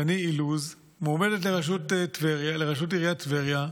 שני אילוז, מועמדת לראשות עיריית טבריה,